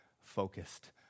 focused